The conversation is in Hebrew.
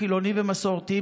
חילונים ומסורתיים,